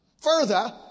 Further